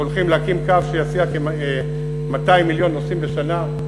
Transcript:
והולכים להקים קו שיסיע כ-200 מיליון נוסעים בשנה.